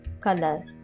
color